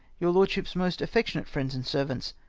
your lordship's most affectionate friends and servants,